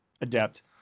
adept